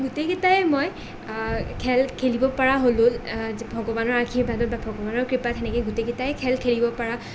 গোটেইকেইটাই মই খেল খেলিব পৰা হ'লোঁ ভগৱানৰ আশীৰ্বাদত ভগৱানৰ কৃপাত সেনেকেই গোটেইকেইটাই খেল খেলিব পৰা